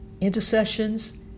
intercessions